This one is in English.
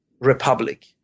republic